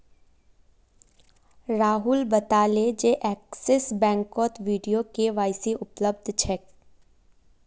राहुल बताले जे एक्सिस बैंकत वीडियो के.वाई.सी उपलब्ध छेक